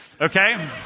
Okay